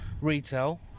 retail